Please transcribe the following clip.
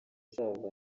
uzava